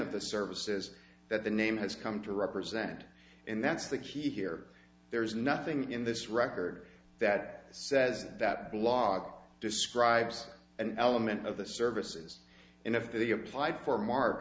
of the services that the name has come to represent and that's the key here there's nothing in this record that says that block describes an element of the services and if they applied for m